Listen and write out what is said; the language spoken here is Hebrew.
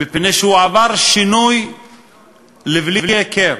מפני שהוא עבר שינוי לבלי היכר,